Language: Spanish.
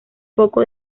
poco